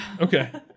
Okay